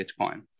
Bitcoin